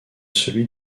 celui